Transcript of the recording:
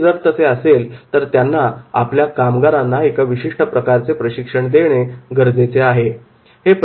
आणि जर ते असे असेल तर त्यांना आपल्या कामगारांना एका विशिष्ट प्रकारचे प्रशिक्षण देणे गरजेचे असते